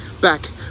back